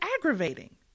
aggravating